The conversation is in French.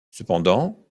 cependant